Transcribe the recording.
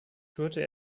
tourte